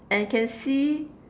and can see